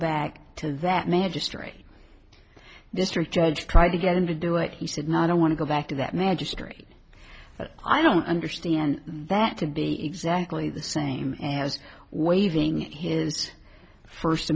back to that magistrate district judge tried to get him to do it he said no i don't want to go back to that magistrate that i don't understand that to be exactly the same as waiving his first